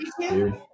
dude